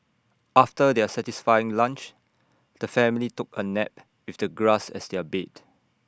after their satisfying lunch the family took A nap with the grass as their bed